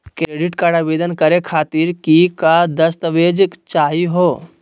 Credit card आवेदन करे खातीर कि क दस्तावेज चाहीयो हो?